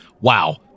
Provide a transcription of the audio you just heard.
wow